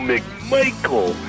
McMichael